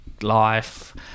life